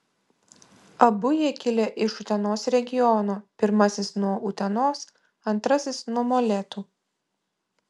abu jie kilę iš utenos regiono pirmasis nuo utenos antrasis nuo molėtų